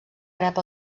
rep